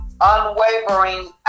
unwavering